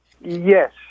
Yes